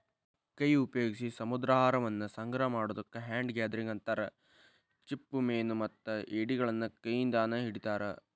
ಕೈ ಉಪಯೋಗ್ಸಿ ಸಮುದ್ರಾಹಾರವನ್ನ ಸಂಗ್ರಹ ಮಾಡೋದಕ್ಕ ಹ್ಯಾಂಡ್ ಗ್ಯಾದರಿಂಗ್ ಅಂತಾರ, ಚಿಪ್ಪುಮೇನುಮತ್ತ ಏಡಿಗಳನ್ನ ಕೈಯಿಂದಾನ ಹಿಡಿತಾರ